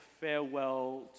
farewell